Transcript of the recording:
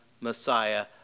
Messiah